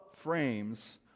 frames